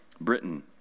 Britain